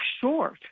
short